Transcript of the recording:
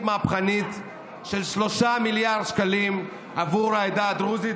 מהפכנית של 3 מיליארד שקלים עבור העדה הדרוזית,